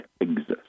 exist